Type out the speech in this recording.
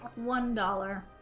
one dollar